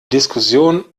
diskussion